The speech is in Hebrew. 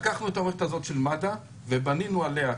לקחנו את המערכת הזאת של מד"א ובנינו עליה,